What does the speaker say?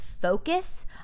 focus